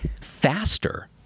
faster